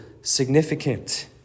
significant